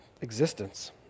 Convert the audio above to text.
existence